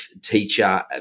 teacher